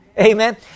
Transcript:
Amen